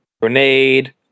grenade